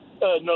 No